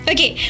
Okay